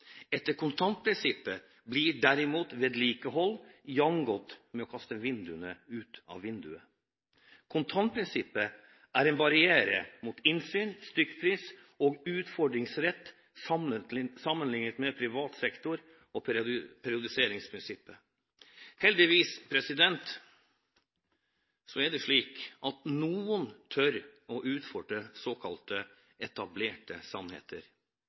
Etter kontantprinsippet blir derimot vedlikehold jevngodt med å kaste pengene ut av vinduet. Kontantprinsippet er en barriere mot innsyn, stykkpris og utfordringsrett sammenlignet med privat sektor og periodiseringsprinsippet. Heldigvis er det slik at noen tør å utfordre såkalte etablerte sannheter,